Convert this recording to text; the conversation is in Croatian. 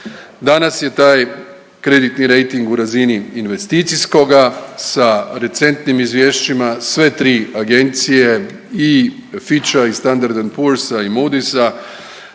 Danas je taj kreditni rejting u razini investicijskoga sa recentnim izvješćima sve tri agencije i Fitcha i Standard&Poorsa i Mudisa